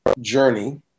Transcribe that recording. journey